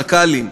חכ"לים.